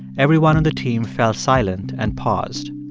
everyone on the team fell silent and paused.